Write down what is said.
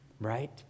right